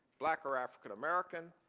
black or african-american,